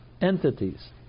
entities